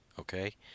Okay